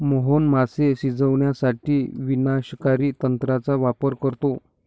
मोहन मासे शिजवण्यासाठी विनाशकारी तंत्राचा वापर करतो